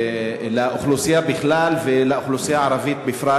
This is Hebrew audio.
לאוכלוסייה בכלל ולאוכלוסייה הערבית בפרט.